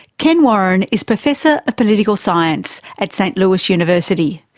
ken warren is professor of political science at saint louis university,